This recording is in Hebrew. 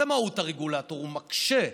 זאת מהות הרגולטור, הוא מקשה.